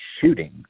shooting